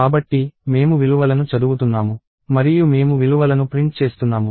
కాబట్టి మేము విలువలను చదువుతున్నాము మరియు మేము విలువలను ప్రింట్ చేస్తున్నాము